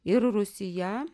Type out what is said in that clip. ir rūsyje